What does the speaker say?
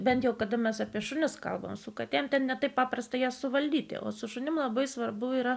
bent jau kada mes apie šunis kalbame su katėm ten ne taip paprasta jas suvaldyti o su šunim labai svarbu yra